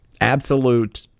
absolute